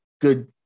good